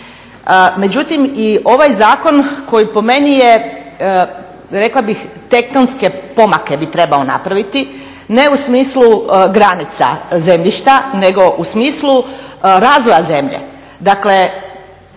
Međutim, i ovaj zakon koji po meni je rekla bih tektonske pomake bi trebao napraviti, ne u smislu granica zemljišta nego u smislu razvoja zemlje.